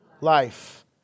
life